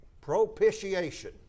Propitiation